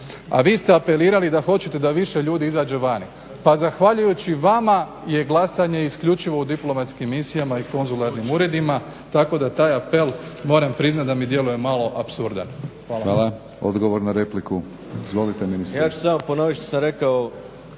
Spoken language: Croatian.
A vi ste apelirali da hoćete da više ljudi izađe vani. Pa zahvaljujući vama je glasanje isključivo u diplomatskim misijama i konzularnim uredima tako da taj apel moram priznat da mi djeluje malo apsurdan. Hvala. **Batinić, Milorad